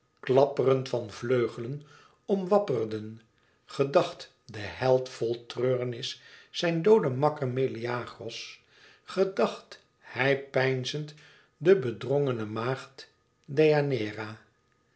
klapperend van vleugelen omwapperden gedacht de held vol treurenis zijn dooden makker meleagros gedacht hij bepeinzend de bedrongene maagd